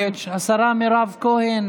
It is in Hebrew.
רבה.